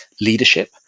leadership